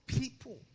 people